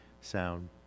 sound